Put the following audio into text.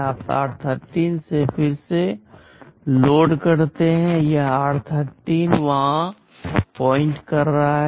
आप r13 से फिर से लोड करते हैं यह r13 वहाँ इंगित कर रहा है